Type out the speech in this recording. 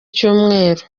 cyumweru